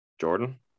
Jordan